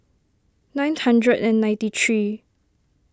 nine hundred and ninety three